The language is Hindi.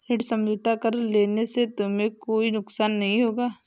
ऋण समझौता कर लेने से तुम्हें कोई नुकसान नहीं होगा